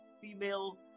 female